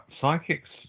Psychics